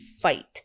fight